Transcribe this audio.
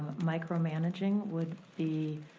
micromanaging would be